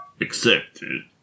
Accepted